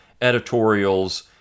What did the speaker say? editorials